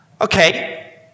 Okay